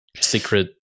secret